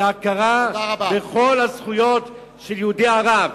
הכרה בכל הזכויות של יהודי ערב.